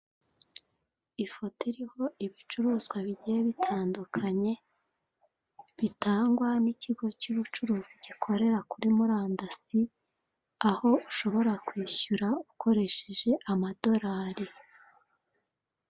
Ifoto iriho ibicuruzwa bigiye bitandukanye bitangwa n'ikigo cy'ubucuruzi gikorera kuri murandasi, aho ushobora kwishyura ukoresheje amadorari.